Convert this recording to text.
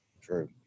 True